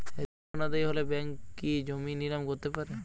ঋণ অনাদায়ি হলে ব্যাঙ্ক কি জমি নিলাম করতে পারে?